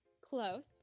Close